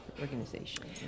organization